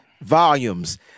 volumes